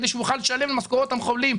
כדי שהוא יוכל לשלם משכורות למחבלים,